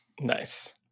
Nice